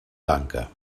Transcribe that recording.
lanka